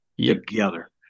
together